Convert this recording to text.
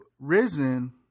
Risen